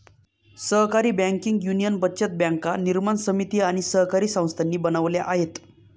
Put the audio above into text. सहकारी banking union बचत बँका निर्माण समिती आणि सहकारी संस्थांनी बनवल्या आहेत